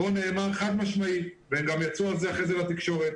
נאמר חד משמעית וגם יצאו אחר כך לתקשורת